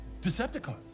Decepticons